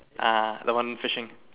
ah the one fishing